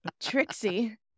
Trixie